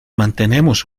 mantenemos